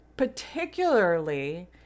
particularly